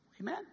Amen